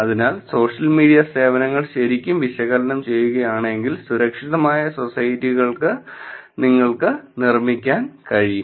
അതിനാൽ social media സേവനങ്ങൾ ശരിക്കും വിശകലനം ചെയ്യുകയാണെങ്കിൽ സുരക്ഷിതമായ സൊസൈറ്റികൾ നിങ്ങൾക്ക് നിർമ്മിക്കാൻ കഴിയും